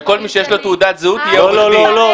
שכל מי שיש לו תעודת זהות יהיה עורך דין.